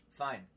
Fine